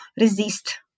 resist